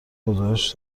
گزارش